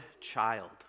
child